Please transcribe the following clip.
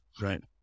Right